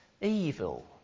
evil